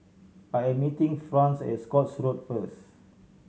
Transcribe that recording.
I am meeting Franz at Scotts Road first